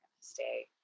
stay